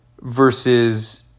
versus